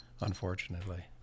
unfortunately